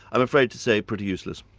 i'm afraid to say, pretty useless.